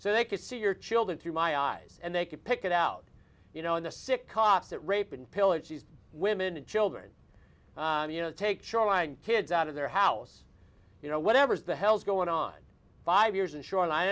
so they could see your children through my eyes and they could pick it out you know the sick cops that rape and pillage these women and children you know take shoreline kids out of their house you know whatever's the hell's going on five years in shoreline